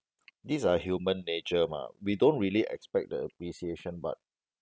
these are human nature mah we don't really expect the appreciation but